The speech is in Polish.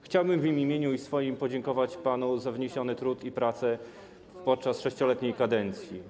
Chciałbym w imieniu ich i swoim, podziękować panu za wniesiony trud i pracę podczas 6-letniej kadencji.